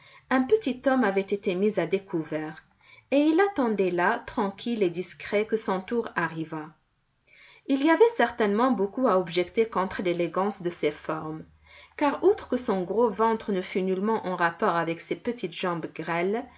un petit homme avait été mis à découvert et il attendait là tranquille et discret que son tour arrivât il y avait certainement beaucoup à objecter contre l'élégance de ses formes car outre que son gros ventre ne fût nullement en rapport avec ses petites jambes grêles